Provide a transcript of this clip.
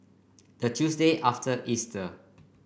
the Tuesday after Easter